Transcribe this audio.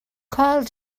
called